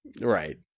Right